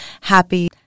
happy